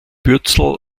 bürzel